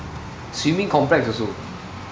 swimming complex also